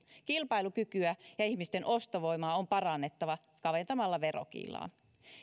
kilpailukykyä ja ihmisten ostovoimaa on parannettava kaventamalla verokiilaa